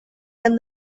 and